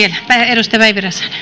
äänestää ei arvoisa puhemies